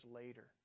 later